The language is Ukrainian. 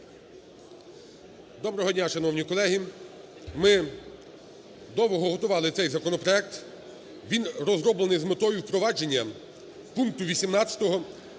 Доброго дня, шановні колеги. Ми довго готували цей законопроект, він розроблений з метою впровадження пункту 18